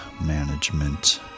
management